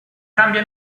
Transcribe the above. cambia